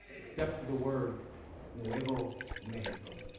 except for the word nuevo mexico.